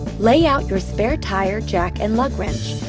lay out your spare tire, jack, and lug wrench.